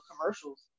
commercials